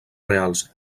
reals